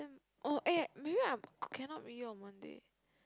oh eh maybe I could~ cannot meet you for dinner